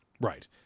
Right